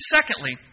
Secondly